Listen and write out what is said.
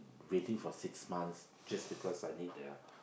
waiting for six months just because I need the